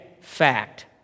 Fact